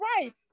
Right